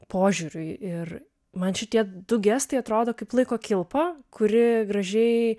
požiūriui ir man šitie du gestai atrodo kaip laiko kilpa kuri gražiai